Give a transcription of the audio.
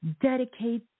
dedicate